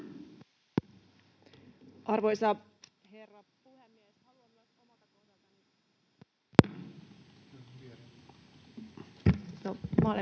Arvoisa herra puhemies! Haluan myös omalta kohdaltani kiittää